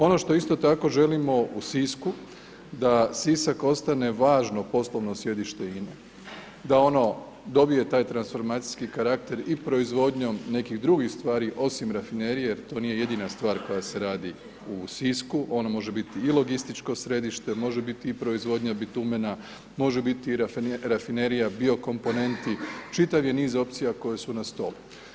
Ono što isto tako želimo u Sisku da Sisak ostane važno poslovno sjedište INA-e, da ono dobije taj transformacijski karakter i proizvodnjom nekih drugih stvari osim Rafinerije, to nije jedina stvar koja se radi u Sisku, ono može biti i logističko središte, može biti i proizvodnja bitumena, može biti i Rafinerija bio komponenti, čitav je niz opcija koje su na stolu.